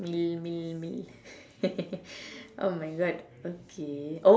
mill mill mill oh my God okay